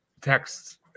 texts